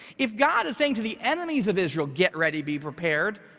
if god is saying to the enemies of israel, get ready, be prepared,